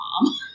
mom